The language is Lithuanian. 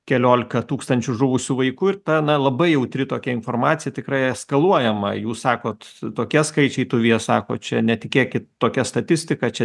keliolika tūkstančių žuvusių vaikų ir ta na labai jautri tokia informacija tikrai eskaluojama jūs sakot tokie skaičiai tuvija sako čia netikėkit tokia statistika čia